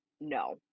no